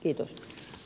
kiitos